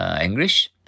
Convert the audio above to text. English